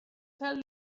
tell